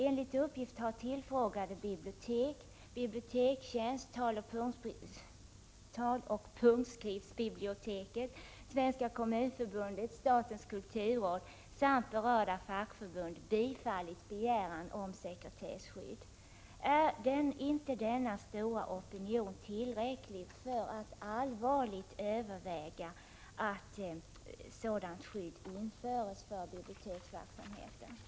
Enligt uppgift har tillfrågade bibliotek, Bibliotekstjänst, Taloch Punktskriftsbiblioteket, Svenska kommunförbundet, statens kulturråd samt berörda fackförbund bifallit begäran om sekretesskydd. Är inte denna stora opinion tillräcklig för att justitieministern skall allvarligt överväga att sådant skydd införs för biblioteksverksamheten?